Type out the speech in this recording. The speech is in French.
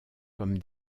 comme